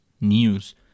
news